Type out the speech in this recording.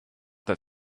that